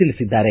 ತಿಳಿಸಿದ್ದಾರೆ